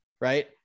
Right